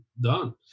done